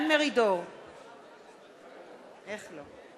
מרינה סולודקין, מצביעה גדעון סער, מצביע גדעון